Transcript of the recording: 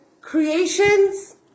creations